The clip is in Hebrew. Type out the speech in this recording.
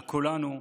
על כולנו".